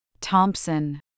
Thompson